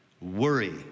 Worry